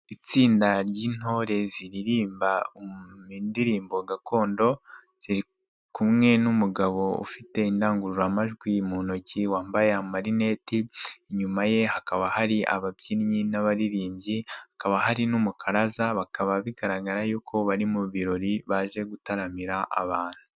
Itsinda ry'intore ziririmba ndirimbo gakondo, ziri kumwe n'umugabo ufite indangururamajwi mu ntoki wambaye amarineti, inyuma ye hakaba hari ababyinnyi n'abaririmbyi hakaba hari n'umukaraza, bakaba bigaragara yuko bari mu birori baje gutaramira abantu.